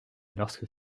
lorsque